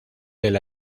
del